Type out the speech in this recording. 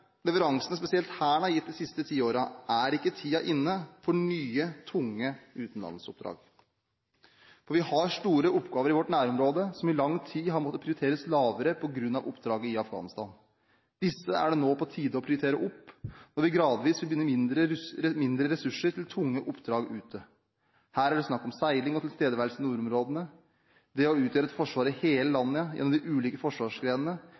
leveransene spesielt Hæren er gitt de siste ti årene, er ikke tiden inne for nye, tunge utenlandsoppdrag. Vi har store oppgaver i vårt nærområde som i lang tid har måttet prioriteres lavere på grunn av oppdraget i Afghanistan. Disse er det nå på tide å prioritere opp når vi gradvis vil finne mindre ressurser til tunge oppdrag ute. Her er det snakk om seiling og tilstedeværelse i nordområdene, det å utgjøre et forsvar i hele landet gjennom de ulike forsvarsgrenene,